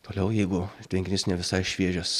toliau jeigu tvenkinys ne visai šviežias